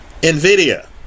NVIDIA